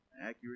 accurate